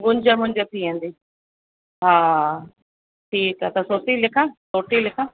मुंज मुंज थी वेंदी हा ठीकु आहे त सोटी लिखां सोटी लिखां